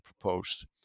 proposed